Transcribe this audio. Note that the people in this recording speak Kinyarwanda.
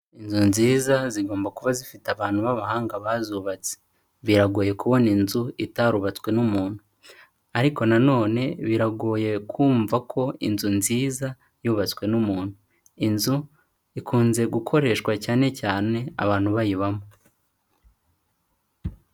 Inzu nziza zigomba kuba zifite abantu b'abahanga bazubatse, biragoye kubona inzu itarubatswe n'umuntu ariko na none biragoye kumva ko inzu nziza yubatswe n'umuntu, inzu ikunze gukoreshwa cyane cyane abantu bayibamo.